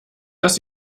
dass